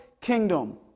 kingdom